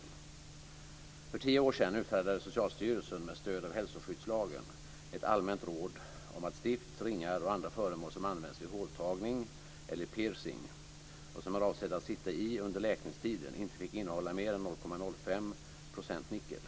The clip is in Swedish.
Redan för tio år sedan utfärdade Socialstyrelsen med stöd av hälsoskyddslagen ett allmänt råd om att stift, ringar och andra föremål som används vid håltagning eller piercing och som är avsedda att sitta i under läkningstiden inte fick innehålla mer än 0,05 % nickel.